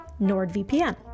NordVPN